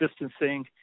distancing